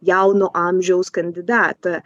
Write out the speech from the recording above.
jauno amžiaus kandidatą